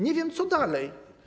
Nie wiem, co dalej.